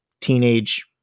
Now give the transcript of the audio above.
teenage